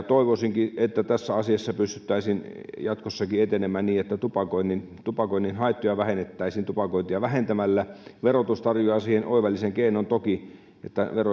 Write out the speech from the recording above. toivoisinkin että tässä asiassa pystyttäisiin jatkossakin etenemään niin että tupakoinnin tupakoinnin haittoja vähennettäisiin tupakointia vähentämällä verotus tarjoaa siihen oivallisen keinon toki